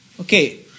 okay